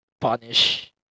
punish